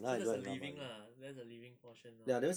so that's the living lah that's the living portion lor